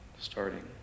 starting